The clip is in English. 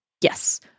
Yes